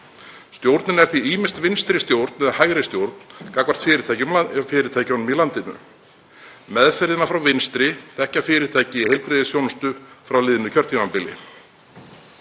Stjórnin er því ýmist vinstri stjórn eða hægri stjórn gagnvart fyrirtækjunum í landinu. Meðferðina frá vinstri þekkja fyrirtæki í heilbrigðisþjónustu frá liðnu kjörtímabili.